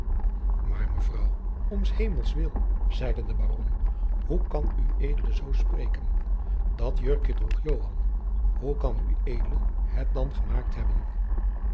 maar mevrouw om s hemels wil zeide de baron hoe kan ued zoo spreken dat jurkje droeg joan hoe kan ued het dan gemaakt hebben